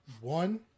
One